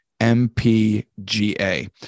MPGA